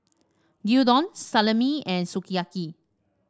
Gyudon Salami and Sukiyaki